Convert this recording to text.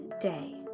day